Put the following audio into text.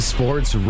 Sports